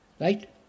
right